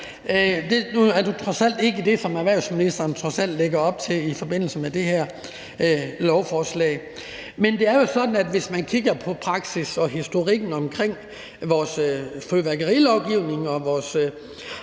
Nu er det trods alt ikke det, som erhvervsministeren lægger op til i forbindelse med det her lovforslag, men det er jo sådan, at hvis man kigger på praksis og historikken omkring vores fyrværkerilovgivning og vores